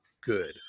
good